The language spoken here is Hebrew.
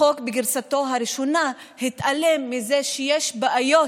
החוק בגרסתו הראשונה התעלם מזה שיש בעיות